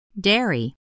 Dairy